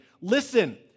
Listen